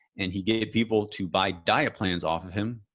and he gave people to buy diet plans off of him,